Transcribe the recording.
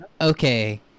okay